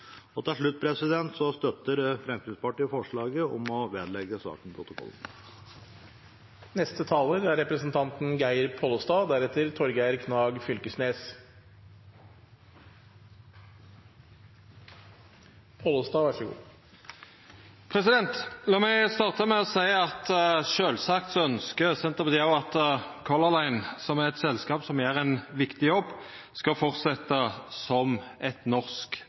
Til slutt: Fremskrittspartiet støtter forslaget om å vedlegge saken protokollen. La meg starta med å seia at sjølvsagt ynskjer Senterpartiet òg at Color Line, eit selskap som gjer ein viktig jobb, skal fortsetja som eit norsk